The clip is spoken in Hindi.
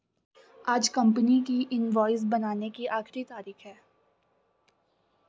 आज कंपनी की इनवॉइस बनाने की आखिरी तारीख है